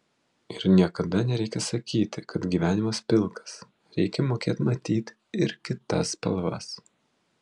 ir niekada nereikia sakyti kad gyvenimas pilkas reikia mokėt matyt ir kitas spalvas